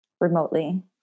remotely